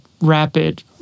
rapid